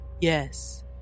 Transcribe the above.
Yes